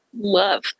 Love